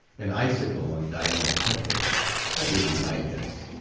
an icicle on diana's temple that would be my guess.